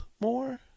more